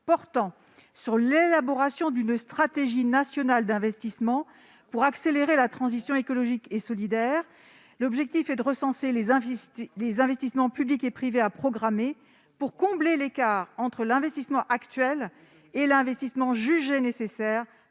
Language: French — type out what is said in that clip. portant sur l'élaboration d'une stratégie nationale d'investissement pour accélérer la transition écologique et solidaire. L'objectif est de recenser les investissements publics et privés à programmer pour combler l'écart entre l'investissement actuel et l'investissement jugé nécessaire